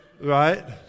right